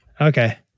Okay